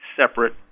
separate